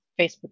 Facebook